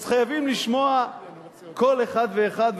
אז חייבים לשמוע כל אחד ואחד,